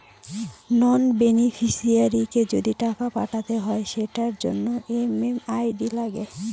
নন বেনিফিশিয়ারিকে যদি টাকা পাঠাতে হয় সেটার জন্য এম.এম.আই.ডি লাগে